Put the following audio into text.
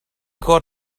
got